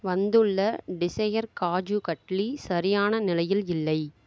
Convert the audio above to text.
வந்துள்ள டிஸையர் காஜு கட்லி சரியான நிலையில் இல்லை